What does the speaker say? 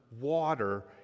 water